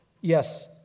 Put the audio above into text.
Yes